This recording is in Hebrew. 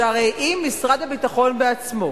אם משרד הביטחון בעצמו